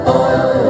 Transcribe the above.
oil